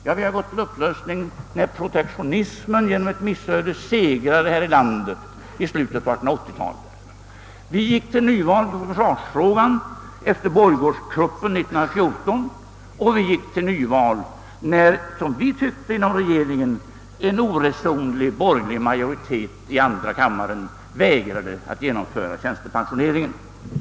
Ja, vi gjorde det när genom ett missöde protektionismen segrade i vårt land i slutet av 1880-talet. Vi gick vidare till nyval på försvarsfrågan efter borggårdskuppen år 1914 och när en — såsom vi inom regeringen tyckte — oresonlig borgerlig majoritet i andra kammaren vägrade att genomföra tjänstepensioneringen.